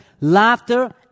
Laughter